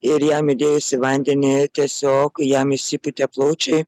ir jam įdėjus į vandenį tiesiog jam išsipūtė plaučiai